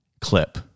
clip